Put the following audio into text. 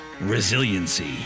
resiliency